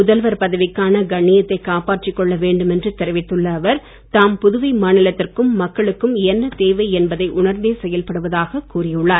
முதல்வர் பதவிக்கான கண்ணியத்தை காப்பாற்றி கொள்ள வேண்டும் என்று தெரிவித்துள்ள அவர் தாம் புதுவை மாநிலத்திற்கும் மக்களுக்கும் என்ன தேவை என்பதை உணர்ந்தே செயல்படுவதாக கூறியுள்ளார்